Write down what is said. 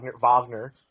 Wagner –